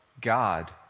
God